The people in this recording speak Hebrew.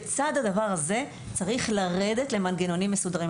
בצד הדבר הזה, צריך לרדת למנגנונים מסודרים.